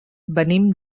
venim